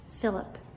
Philip